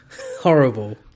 Horrible